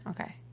Okay